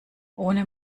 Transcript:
ohne